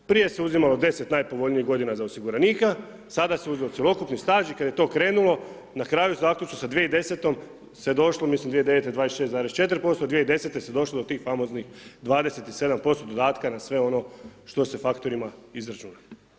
Prije se uzimalo 10 najpovoljnijih godina za osiguranika, sada se uzima cjelokupni staž i kad je to krenulo, na kraju zaključno sa 2010. se došlo, mislim 2009. 26,4%, 2010. se došlo do tih famoznih 37% dodatka na sve ono što se faktorima izračuna.